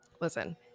listen